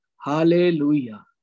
Hallelujah